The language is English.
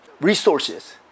resources